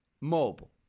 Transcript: mobile